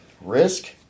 risk